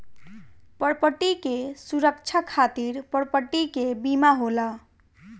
property के सुरक्षा खातिर प्रॉपर्टी के बीमा होला